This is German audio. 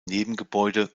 nebengebäude